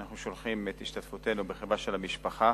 אנחנו שולחים את השתתפותנו בכאבה של המשפחה